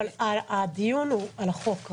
אבל הדיון הוא רק על החוק,